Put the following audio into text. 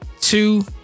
two